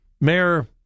Mayor